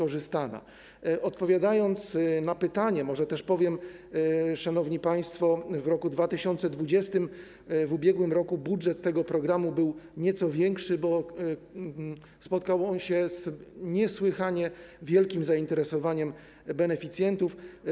Odpowiadając na pytanie, może też powiem, szanowni państwo, że w roku 2020, roku ubiegłym, budżet tego programu był nieco większy, bo program spotkał się z niesłychanie wielkim zainteresowaniem beneficjentów.